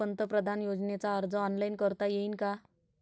पंतप्रधान योजनेचा अर्ज ऑनलाईन करता येईन का?